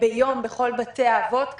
ביום בכל בתי האבות.